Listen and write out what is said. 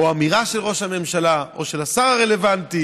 או אמירה של ראש הממשלה או של השר הרלוונטי.